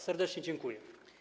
Serdecznie dziękuję.